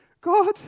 God